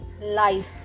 Life